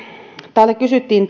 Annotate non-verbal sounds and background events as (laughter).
täällä kysyttiin (unintelligible)